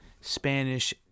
Spanish